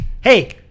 hey